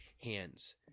hands